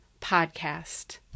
podcast